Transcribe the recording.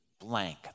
blank